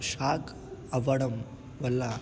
shock అవడం వల్ల